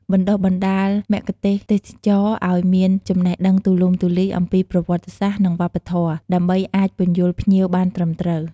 បណ្ដុះបណ្ដាលមគ្គុទ្ទេសក៍ទេសចរណ៍ឱ្យមានចំណេះដឹងទូលំទូលាយអំពីប្រវត្តិសាស្ត្រ និងវប្បធម៌ ដើម្បីអាចពន្យល់ភ្ញៀវបានត្រឹមត្រូវ។